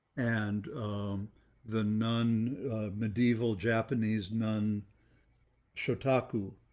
and the nun medieval japanese nun shotoku.